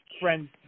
friends